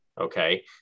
Okay